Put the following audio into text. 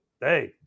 hey